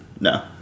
No